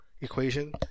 equation